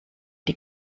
die